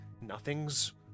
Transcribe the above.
Nothing's